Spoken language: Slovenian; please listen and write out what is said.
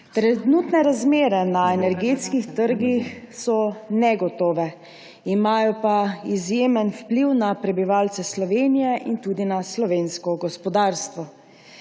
Trenutne razmere na energetskih trgih so negotove, imajo pa izjemen vpliv na prebivalce Slovenije in tudi na slovensko gospodarstvo.